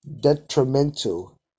detrimental